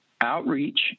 outreach